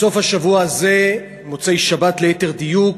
בסוף השבוע הזה, מוצאי-שבת ליתר דיוק,